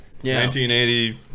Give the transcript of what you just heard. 1980